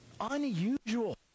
Unusual